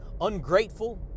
ungrateful